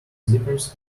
slippers